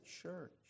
church